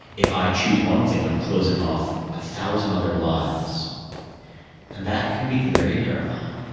if i choose one thing, i am closing off a thousand other lives and that can be very terrifying.